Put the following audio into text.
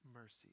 mercy